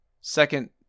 second